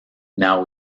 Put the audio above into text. now